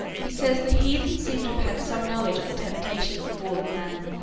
he says the heathens seem to have had some knowledge of the temptation and fall of man.